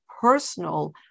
personal